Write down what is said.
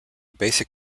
basic